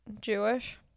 Jewish